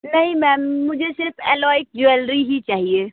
नहीं मैम मुझे सिर्फ अलोय की ज्वेलरी ही चाहिए